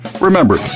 Remember